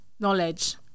knowledge